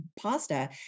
pasta